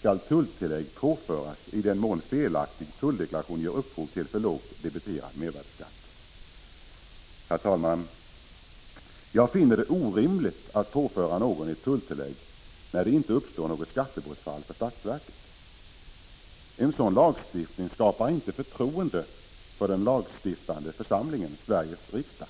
skall tulltillägg påföras i den mån felaktig tulldeklaration ger upphov till för lågt debiterad 37 mervärdeskatt. Herr talman! Jag finner det orimligt att man påför någon ett tulltillägg då 11 december 1985 det inte uppstår något skattebortfall för statsverket. En sådan lagstiftning skapar inte förtroende för den lagstiftande församlingen, dvs. Sveriges riksdag.